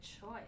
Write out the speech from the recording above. choice